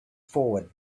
forward